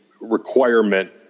requirement